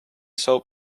soap